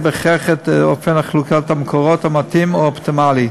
בהכרח את אופן חלוקת המקורות המתאים או האופטימלי.